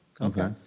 Okay